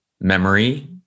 memory